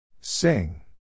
Sing